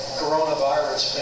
coronavirus